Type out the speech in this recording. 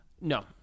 No